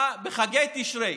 בחגי תשרי.